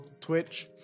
twitch